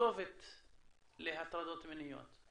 כתובת להטרדות מיניות.